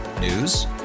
News